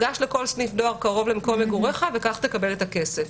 גש לכל סניף דואר קרוב למקום מגוריך וכך תקבל את הכסף.